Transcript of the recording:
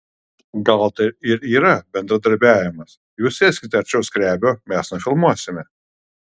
gal tai ir yra bendradarbiavimas jūs sėskite arčiau skrebio mes nufilmuosime